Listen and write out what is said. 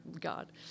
God